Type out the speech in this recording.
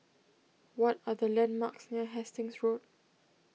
what are the landmarks near Hastings Road